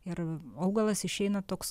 ir augalas išeina toks